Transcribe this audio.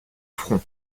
front